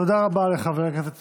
תודה רבה לחבר הכנסת סופר.